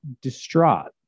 distraught